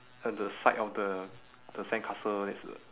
at the side of the the sandcastle there's a